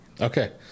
Okay